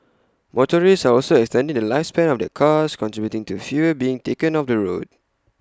motorists are also extending the lifespan of their cars contributing to fewer being taken off the road